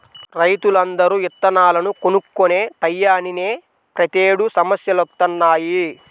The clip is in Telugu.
రైతులందరూ ఇత్తనాలను కొనుక్కునే టైయ్యానినే ప్రతేడు సమస్యలొత్తన్నయ్